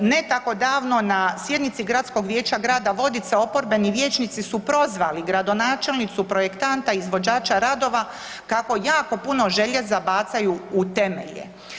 Ne tako davno na sjednici Gradskog vijeća grada Vodica oporbeni vijećnici su prozvali gradonačelnicu, projektanta, izvođača radova kako jako puno željeza bacaju u temelje.